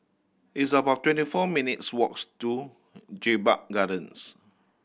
it's about twenty four minutes' walks to Jedburgh Gardens